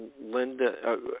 Linda